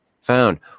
found